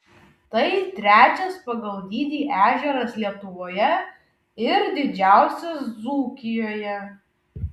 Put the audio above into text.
tai trečias pagal dydį ežeras lietuvoje ir didžiausias dzūkijoje